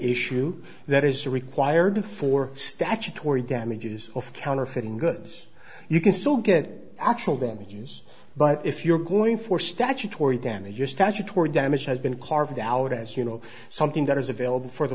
issue that is required for statutory damages of counterfeiting goods you can still get actual damages but if you're going for statutory damages statutory damage has been carved out as you know something that is available for the